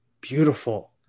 beautiful